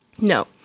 No